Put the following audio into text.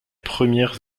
premières